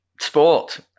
sport